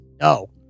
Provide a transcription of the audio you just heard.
No